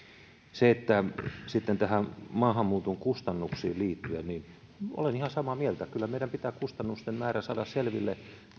sitten maahanmuuton kustannuksiin liittyen olen ihan samaa mieltä kyllä meidän pitää kustannusten määrä saada selville